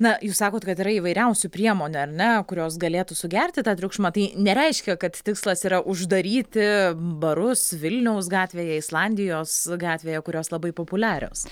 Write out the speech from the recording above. na jūs sakote kad yra įvairiausių priemonių ar ne kurios galėtų sugerti tą triukšmą tai nereiškia kad tikslas yra uždaryti barus vilniaus gatvėje islandijos gatvėje kurios labai populiarios